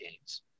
games